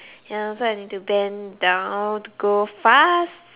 ya so I need to bend down to go fast